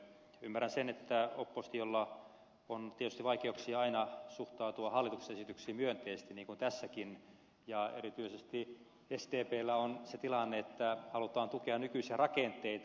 ymmärrän sen että oppositiolla on tietysti vaikeuksia aina suhtautua hallituksen esityksiin myönteisesti niin kuin tässäkin ja erityisesti sdpllä on se tilanne että halutaan tukea nykyisiä rakenteita